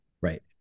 Right